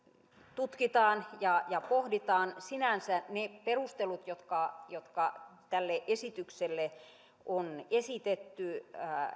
tutkitaan ja ja pohditaan sinänsä ne perustelut jotka jotka tälle esitykselle on esitetty